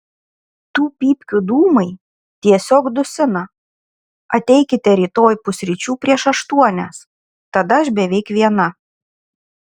tų pypkių dūmai tiesiog dusina ateikite rytoj pusryčių prieš aštuonias tada aš beveik viena